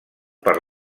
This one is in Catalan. per